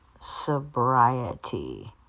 sobriety